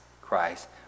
Christ